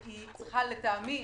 ולטעמי,